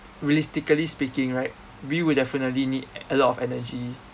realistically speaking right we will definitely need a lot of energy